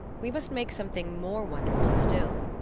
we must make something more wonderful still.